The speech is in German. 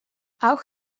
auch